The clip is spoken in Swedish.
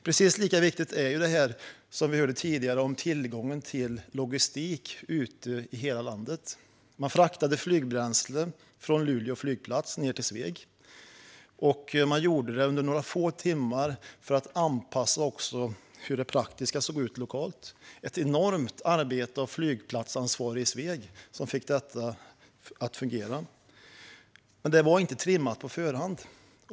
Precis lika viktigt är det här som vi hörde tidigare om tillgången till logistik ute i hela landet. Man fraktade flygbränsle från Luleå flygplats ned till Sveg, och man gjorde det under några få timmar för att anpassa också till hur det praktiska såg ut lokalt. Det var ett enormt arbete av flygplatsansvarig i Sveg som fick detta att fungera. Men det var inte trimmat på förhand.